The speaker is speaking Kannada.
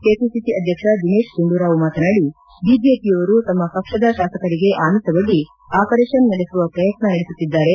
ಕೆಪಿಸಿಸಿ ಅಧ್ಯಕ್ಷ ದಿನೇತ್ ಗುಂಡೂರಾವ್ ಮಾತನಾಡಿ ಬಿಜೆಪಿಯವರು ತಮ್ಮ ಪಕ್ಷದ ಶಾಸಕರಿಗೆ ಆಮಿಪವೊಡ್ಡಿ ಅಪರೇಷನ್ ನಡೆಸುವ ಶ್ರಯತ್ನ ನಡೆಸುತ್ತಿದ್ದಾರೆ